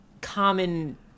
common